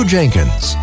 Jenkins